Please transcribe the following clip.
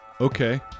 Okay